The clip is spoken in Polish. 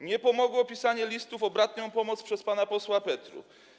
Nie pomogło pisanie listów o bratnią pomoc przez pana posła Petru.